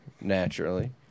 naturally